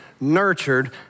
nurtured